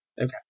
Okay